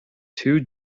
two